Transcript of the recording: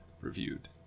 reviewed